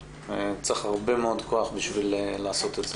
צריך הרבה מאוד כוח בשביל לעשות את זה.